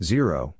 Zero